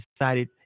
decided